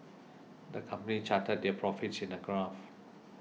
the company charted their profits in a graph